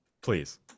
please